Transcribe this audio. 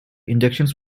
injections